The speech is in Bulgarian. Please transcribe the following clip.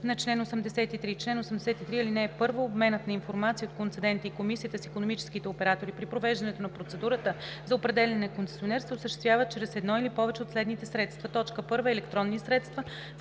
на чл. 83: „Чл. 83. (1) Обменът на информация от концедента и комисията с икономическите оператори при провеждането на процедурата за определяне на концесионер се осъществява чрез едно или повече от следните средства: 1. електронни средства,